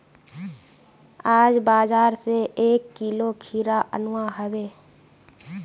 आज बाजार स एक किलो खीरा अनवा हबे